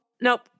nope